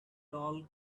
tall